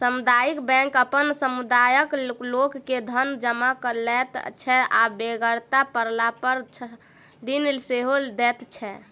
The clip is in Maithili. सामुदायिक बैंक अपन समुदायक लोक के धन जमा लैत छै आ बेगरता पड़लापर ऋण सेहो दैत छै